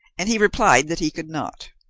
and he replied that he could not.